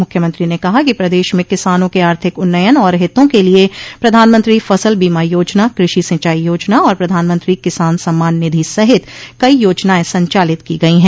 मुख्यमंत्री ने कहा कि प्रदेश में किसानों के आर्थिक उन्नयन और हितों के लिए प्रधानमंत्री फसल बीमा योजना कृषि सिचाई योजना और प्रधानमंत्री किसान सम्मान निधि सहित कई योजनायें संचालित की गयी हैं